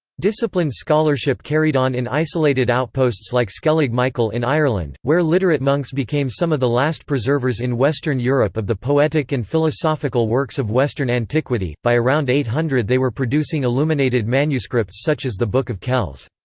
disciplined scholarship carried on in isolated outposts like skellig michael in ireland, where literate monks became some of the last preservers in western europe of the poetic and philosophical works of western antiquity by around eight hundred they were producing illuminated manuscripts such as the book of kells.